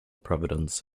providence